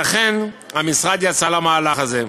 ולכן המשרד יצא למהלך הזה.